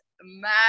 mad